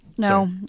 No